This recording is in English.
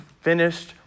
finished